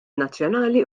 nazzjonali